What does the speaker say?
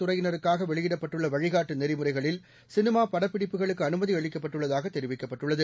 துறையினருக்காக வெளியிடப்பட்டுள்ள வழிகாட்டு நெறிமுறைகளில் உளடகத் சினிமா படப்பிடிப்புகளுக்கு அனுமதி அளிக்கப்பட்டுள்ளதாக தெரிவிக்கப்பட்டுள்ளது